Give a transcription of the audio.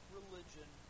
religion